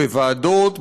בוועדות,